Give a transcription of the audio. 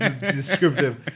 descriptive